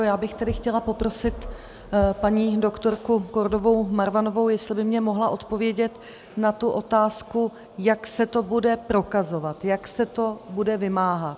Já bych tedy chtěla poprosit paní doktorku Kordovou Marvanovou, jestli by mi mohla odpovědět na tu otázku, jak se to bude prokazovat, jak se to bude vymáhat.